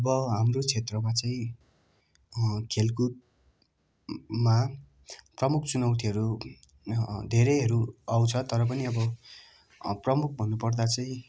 अब हाम्रो क्षेत्रमा चाहिँ खेलकुदमा प्रमुख चुनौतीहरू धेरैहरू आउँछ तर पनि अब प्रमुख भन्नु पर्दा चाहिँ